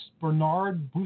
Bernard